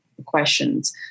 questions